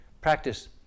practice